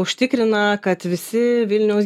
užtikrina kad visi vilniaus